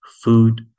food